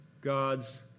God's